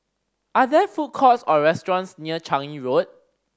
are there food courts or restaurants near Changi Road